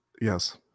Yes